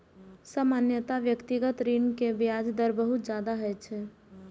सामान्यतः व्यक्तिगत ऋण केर ब्याज दर बहुत ज्यादा होइ छै